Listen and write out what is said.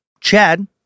Chad